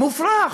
מופרך.